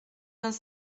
vingt